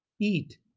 Eat